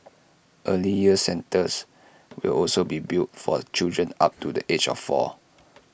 early years centres will also be built for children up to the age of four